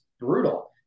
brutal